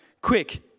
quick